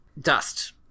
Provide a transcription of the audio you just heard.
dust